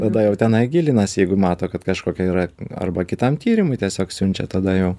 tada jau tenai gilinasi jeigu mato kad kažkokia yra arba kitam tyrimui tiesiog siunčia tada jau